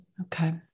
Okay